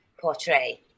portray